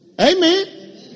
Amen